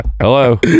Hello